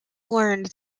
learned